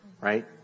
Right